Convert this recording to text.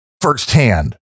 firsthand